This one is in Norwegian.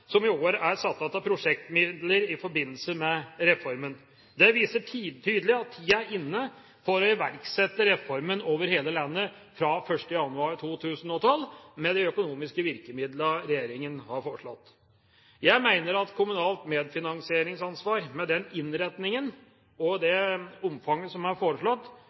som i år er satt av til prosjektmidler i forbindelse med reformen. Det viser tydelig at tida er inne for å iverksette reformen over hele landet fra 1. januar 2012, med de økonomiske virkemidler regjeringa har foreslått. Jeg mener at kommunalt medfinansieringsansvar med den innretningen og i det omfanget som er foreslått,